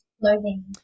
clothing